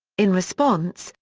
in response,